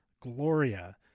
Gloria